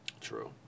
True